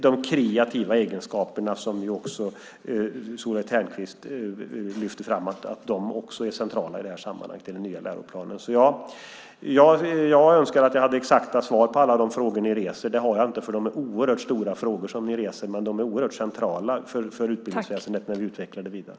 De kreativa egenskaperna, som ju också Solveig Ternström lyfte fram, är också centrala i det här sammanhanget, i den nya läroplanen. Jag önskar att jag hade exakta svar på alla de frågor ni reser. Det har jag inte, för det är oerhört stora frågor som ni reser. Men de är oerhört centrala för utbildningsväsendet, när vi utvecklar det vidare.